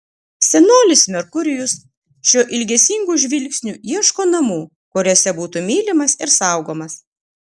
senolis merkurijus šiuo ilgesingu žvilgsniu ieško namų kuriuose būtų mylimas ir saugomas